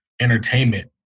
entertainment